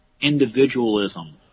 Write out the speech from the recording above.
individualism